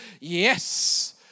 yes